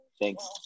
thanks